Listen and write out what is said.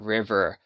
River